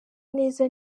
neza